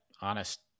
honest